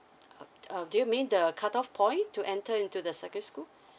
uh do you mean the cutoff point to enter into the secondary school